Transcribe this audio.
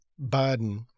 Biden